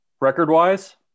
Record-wise